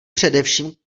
především